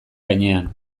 gainean